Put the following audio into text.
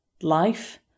life